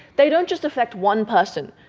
they don't just affect one person,